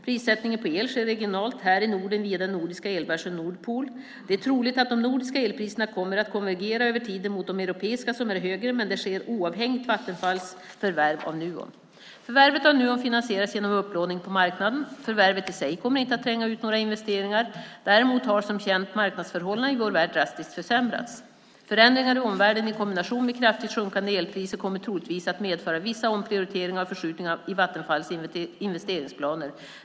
Prissättningen på el sker regionalt - här i Norden via den nordiska elbörsen Nordpool. Det är troligt att de nordiska elpriserna kommer att konvergera över tiden mot de europeiska som är högre, men det sker oavhängigt Vattenfalls förvärv av Nuon. Förvärvet av Nuon finansieras genom upplåning på marknaden. Förvärvet i sig kommer inte att tränga ut några investeringar. Däremot har, som känt, marknadsförhållandena i vår värld drastiskt försämrats. Förändringar i omvärlden i kombination med kraftigt sjunkande elpriser kommer troligtvis att medföra vissa omprioriteringar och förskjutningar i Vattenfalls investeringsplaner.